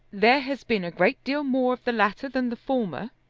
there has been a great deal more of the latter than the former.